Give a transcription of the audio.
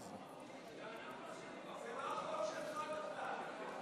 זה לא החוק שלך בכלל.